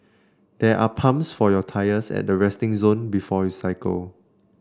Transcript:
there are pumps for your tyres at the resting zone before you cycle